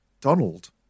Donald